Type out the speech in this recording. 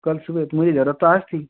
कल सुबह तो मुझे जरूरत तो आज थी